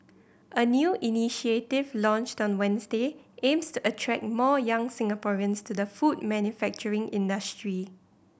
a new initiative launched on Wednesday aims to attract more young Singaporeans to the food manufacturing industry